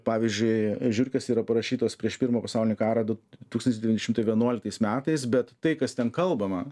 pavyzdžiui žiurkės yra parašytos prieš pirmą pasaulinį karą du tūkstantis devyni šimtai vienuoliktais metais bet tai kas ten kalbama